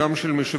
גם של משווקים,